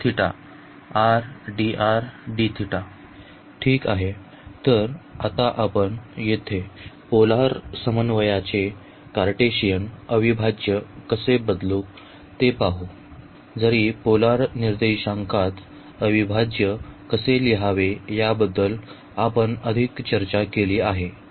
ठीक आहे तर आता आपण येथे पोलर समन्वयाचे कार्टेशियन अविभाज्य कसे बदलू ते पाहू जरी पोलर निर्देशांकात अविभाज्य कसे लिहावे याबद्दल आपण आधीच चर्चा केली आहे